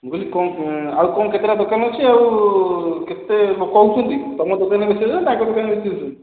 ମୁଁ କହିଲି କ'ଣ ଆଉ କ'ଣ କେତେଟା ଦୋକାନ ଅଛି ଆଉ କେତେ ଲୋକ ହେଉଛନ୍ତି ତମ ଦୋକାନରେ ବେଶି ହେଉଛନ୍ତି ନା ତାଙ୍କ ଦୋକାନରେ ବେଶି ହେଉଛନ୍ତି